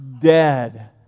dead